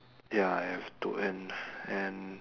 ya I have to earn and